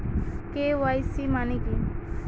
KYC মানে কি?